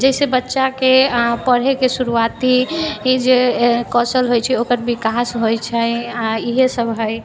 जाहिसँ बच्चाके अऽ पढ़ैके शुरुआती जे कौशल जे होइ छै ओकर विकास होइ छै आओर इएहसब हइ